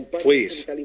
Please